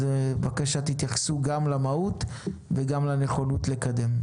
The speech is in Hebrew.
נא להתייחס למהות וגם לנכונות לקדם.